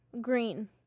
Green